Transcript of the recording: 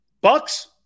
Bucks